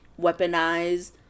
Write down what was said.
weaponize